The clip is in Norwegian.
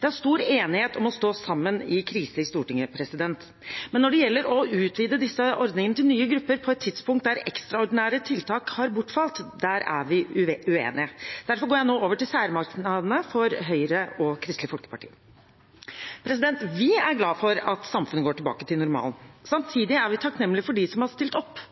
Det er stor enighet i Stortinget om å stå sammen i kriser, men når det gjelder å utvide disse ordningene til nye grupper på et tidspunkt da ekstraordinære tiltak har bortfalt, er vi uenige. Derfor går jeg nå over til særmerknadene fra Høyre og Kristelig Folkeparti. Vi er glade for at samfunnet går tilbake til normalen. Samtidig er vi takknemlige overfor dem som har stilt opp.